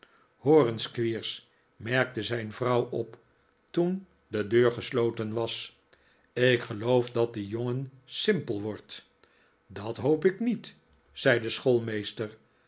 hoor eens squeers merkte zijn vrouw op toen de deur gesloten was ik geloof dat die jongen simpel wordt dat hoop ik niet zei de